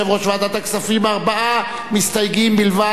ועדת הכספים ארבעה מסתייגים בלבד,